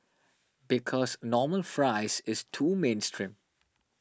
because normal fries is too mainstream